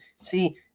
See